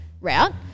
route